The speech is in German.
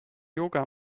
yoga